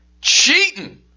cheating